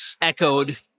echoed